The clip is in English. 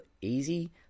easy